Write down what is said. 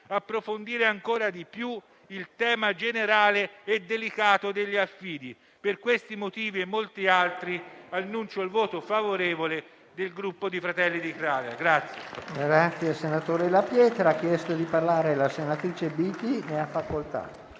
approfondire in misura ancora maggiore il tema generale e delicato degli affidi. Per questi motivi e molti altri annuncio il voto favorevole del Gruppo di Fratelli d'Italia.